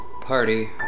party